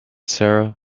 sarah